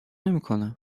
نمیکنم